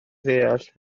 deall